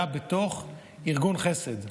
היה בתוך ארגון חסד.